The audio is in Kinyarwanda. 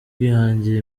kwihangira